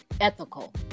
ethical